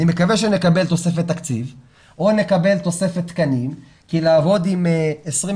אני מקווה שנקבל תוספת תקציב או נקבל תוספת תקנים כי לעבוד עם 22